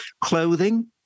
Clothing